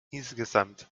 insgesamt